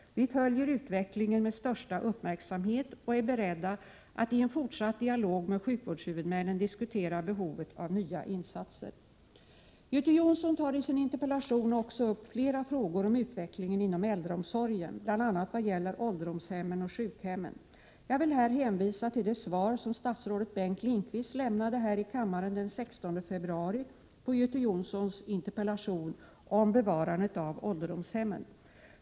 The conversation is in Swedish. Vi följer utvecklingen med största uppmärksamhet och är beredda att i en fortsatt dialog med sjukvårdshuvudmännen diskutera behovet av nya insatser. Göte Jonsson tar i sin interpellation också upp flera frågor om utvecklingen inom äldreomsorgen bl.a. vad gäller ålderdomshemmen och sjukhemmen. Jag vill här hänvisa till det svar som statsrådet Bengt Lindqvist lämnade här i kammaren den 16 februari på Göte Jonssons interpellation nr 1987/88:167 om bevarandet av ålderdomshemmen.